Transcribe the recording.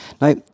Now